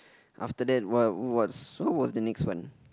after that what what's so what's the next one